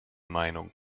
meinung